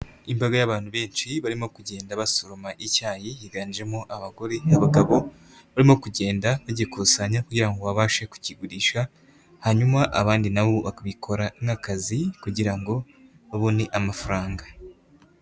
Imbaga y'abantu benshi barimo kugenda basoroma icyayi higanjemo abagore n'abagabo barimo kugenda bagikusanya kugira ngo babashe kukigurisha, hanyuma abandi na bo bakabikora nk'akazi kugira ngo babone amafaranga.